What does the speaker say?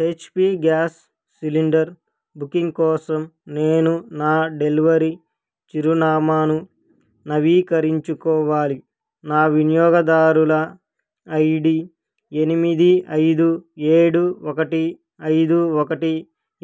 H P gas cylinder booking కోసం నేను నా డెలివరీ చిరునామాను నవీకరించుకోవాలి నా వినియోగదారుల ఐ డీ ఎనిమిది ఐదు ఏడు ఒకటి ఐదు ఒకటి